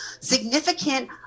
significant